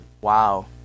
Wow